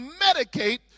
medicate